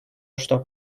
что